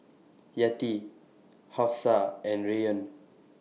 Yati Hafsa and Rayyan